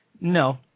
no